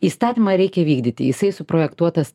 įstatymą reikia vykdyti jisai suprojektuotas